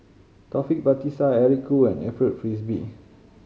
Taufik Batisah Eric Khoo and Alfred Frisby